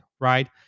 right